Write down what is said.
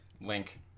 link